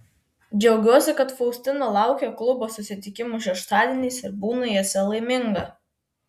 džiaugiuosi kad faustina laukia klubo susitikimų šeštadieniais ir būna juose laiminga